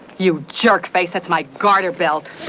you jerkface. that's my garter belt